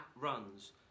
runs